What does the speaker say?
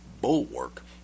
bulwark